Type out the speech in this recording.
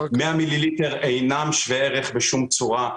100 מיליליטר אינם שווי ערך בשום צורה.